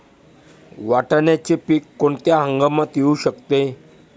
वाटाण्याचे पीक कोणत्या हंगामात येऊ शकते?